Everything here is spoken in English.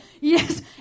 yes